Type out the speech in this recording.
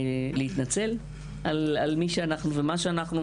להתנצל על מי שאנחנו ומה שאנחנו,